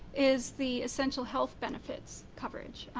is the essential health benefits coverage,